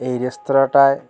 এই রেস্তোরাঁটায়